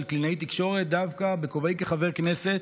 קלינאית תקשורת דווקא בכובעי כחבר כנסת.